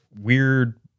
weird